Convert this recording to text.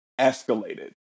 escalated